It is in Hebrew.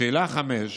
לשאלה 5: